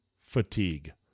fatigue